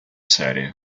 serie